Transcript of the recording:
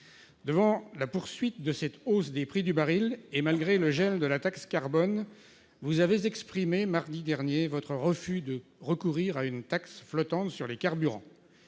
Devant la poursuite de cette hausse des prix du baril, et malgré le gel de la taxe carbone, vous avez exprimé, mardi dernier, votre refus de recourir à une taxe flottante sur les carburants.